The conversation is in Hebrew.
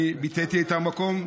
אני ביטאתי את המקום.